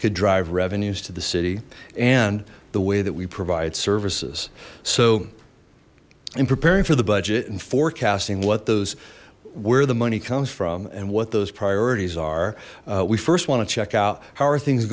could drive revenues to the city and the way that we provide services so in preparing for the budget and forecasting what those where the money comes from and what those priorities are we first want to check out how are things